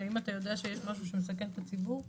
אם אתה יודע שיש משהו שמסכן את הציבור,